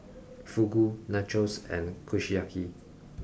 Fugu Nachos and Kushiyaki